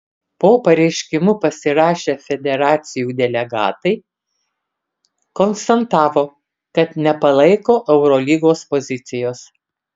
po pareiškimu pasirašę federacijų delegatai konstatavo kad nepalaiko eurolygos pozicijos